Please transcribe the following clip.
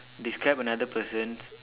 describe another person